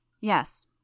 Yes